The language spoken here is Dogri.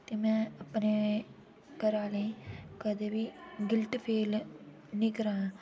ते में अपने घरैआह्ले ई कदें बी गिल्ट फील नी करां